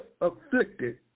afflicted